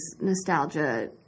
nostalgia